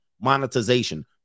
monetization